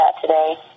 today